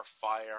fire